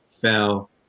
fell